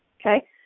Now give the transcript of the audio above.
Okay